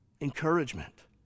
encouragement